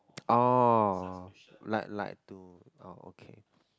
orh like like to oh okay